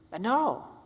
No